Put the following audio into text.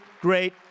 great